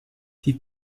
die